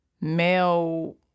male